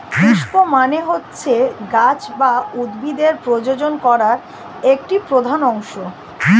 পুস্প মানে হচ্ছে গাছ বা উদ্ভিদের প্রজনন করা একটি প্রধান অংশ